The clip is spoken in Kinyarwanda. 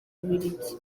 bubiligi